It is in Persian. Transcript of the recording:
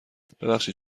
ببخشید